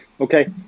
Okay